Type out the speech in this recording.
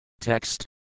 Text